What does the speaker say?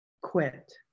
quit